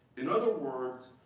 in other words,